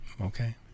okay